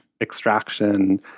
extraction